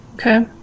Okay